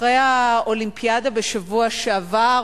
אחרי האולימפיאדה בשבוע שעבר,